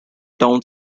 town